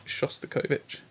Shostakovich